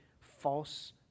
false